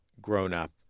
grown-up